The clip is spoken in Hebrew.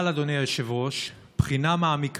אבל, אדוני היושב-ראש, בחינה מעמיקה